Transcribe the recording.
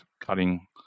cutting